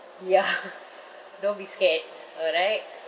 ya don't be scared alright